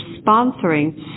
sponsoring